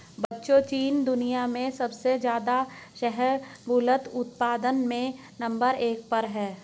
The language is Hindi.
बच्चों चीन दुनिया में सबसे ज्यादा शाहबूलत उत्पादन में नंबर एक पर है